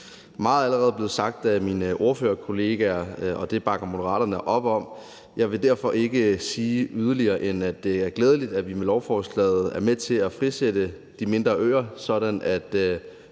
Meget er allerede blevet sagt af mine ordførerkollegaer, og det bakker Moderaterne op om. Jeg vil derfor ikke sige yderligere, end at det er glædeligt, at vi med lovforslaget er med til at frisætte de mindre øer, sådan at